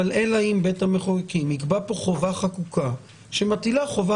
אלא אם בית המחוקקים יקבע פה חובה חקוקה שמטילה חובה